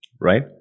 Right